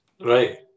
Right